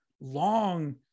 long